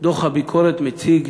דוח הביקורת מציג